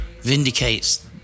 vindicates